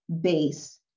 base